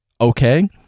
okay